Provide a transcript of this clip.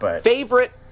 Favorite